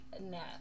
no